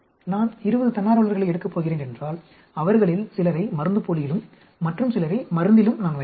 நான் 20 தன்னார்வலர்களை எடுக்கப் போகிறேன் என்றால் அவர்களில் சிலரை மருந்துப்போலியிலும் மற்றும் சிலரை மருந்திலும் நான் வைப்பேன்